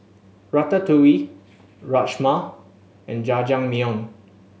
Ratatouille Rajma and Jajangmyeon